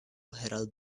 herald